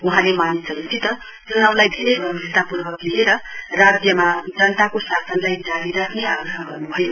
वहाँले मानिसहरुसित चुनाउलाई धेरै गम्भीरता पूर्वक लिएर राज्यमा जनताको शासनलाई जारी राख्ने आग्रह गर्नुभयो